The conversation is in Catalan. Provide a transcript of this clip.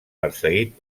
perseguit